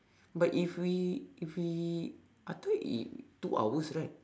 but if we if we I thought it's two hours right